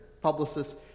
publicists